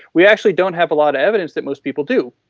we actually don't have a lot of evidence that most people do,